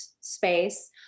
space